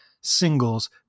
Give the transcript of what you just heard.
singles